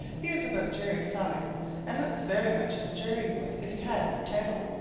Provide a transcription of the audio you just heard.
he is about jerry's size and looks very much as jerry would if he had no tail.